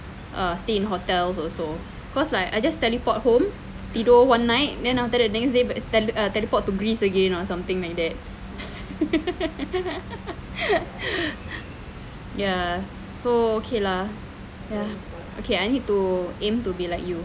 err stay in hotels also cause like I just teleport home tidur one night then the next day teleport to greece again or something like that ya so okay lah ya okay I need to aim to be like you